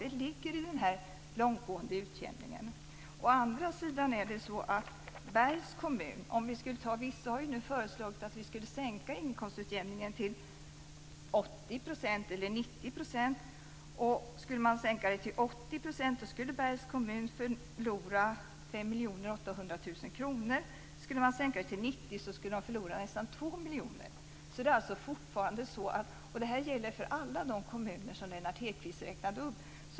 Det ligger i den långtgående utjämningen. Det har föreslagits att vi skulle sänka inkomstutjämningen till 80 % eller 90 %. Skulle man sänka den till 80 % skulle Bergs kommun förlora 5 800 000 kr. Skulle man sänka till 90 % skulle de förlora nästan 2 miljoner. Det gäller för alla de kommuner som Lennart Hedquist räknade upp.